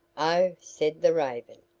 oh, said the raven,